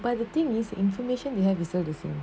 but the thing is information you have whistle servicing